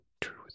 truth